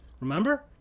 Remember